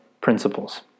principles